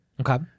Okay